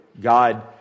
God